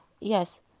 Yes